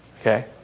Okay